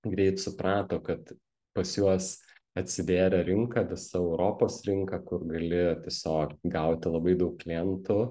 greit suprato kad pas juos atsivėrė rinka visa europos rinka kur gali tiesiog gauti labai daug klientų